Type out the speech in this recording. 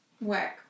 work